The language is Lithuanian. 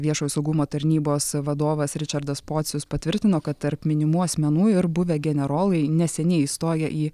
viešojo saugumo tarnybos vadovas ričardas pocius patvirtino kad tarp minimų asmenų ir buvę generolai neseniai įstoję į